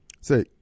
say